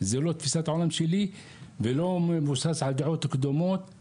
זו לא תפיסת העולם שלי ולא מבוסס על דעות קדומות.